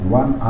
one